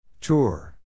Tour